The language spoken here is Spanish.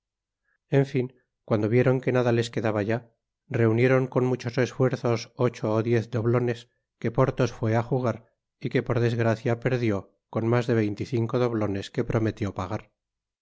en fin cuando vieron que nada les quedaba ya reunieron con muchos esfuerzos ocho ó diez doblones que porthos fué á jugar y que por desgracia perdió con mas veinte y cinco doblones que prometió pagar